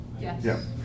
Yes